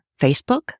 Facebook